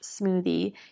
smoothie